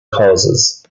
causes